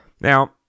Now